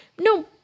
no